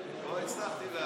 לא הצלחתי להבין,